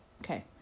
Okay